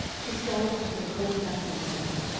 she scowled into the cold blacknesses about